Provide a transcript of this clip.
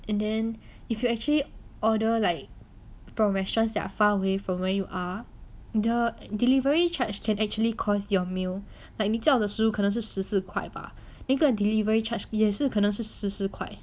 and then if you actually order like from restaurants that are far away from where you are the delivery charge can actually caused your meal like 你叫的时候可能是十四块吧那个 delivery charge 也是可能是十四块